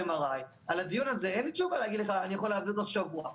M.R.I. על הדיון הזה אין לי תשובה להגיד לך אני יכול להביא תוך שבוע,